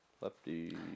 Lefty